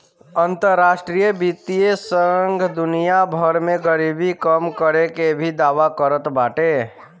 अंतरराष्ट्रीय वित्तीय संघ दुनिया भर में गरीबी कम करे के भी दावा करत बाटे